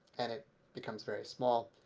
and it becomes very small.